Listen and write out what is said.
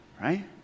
Right